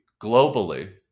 globally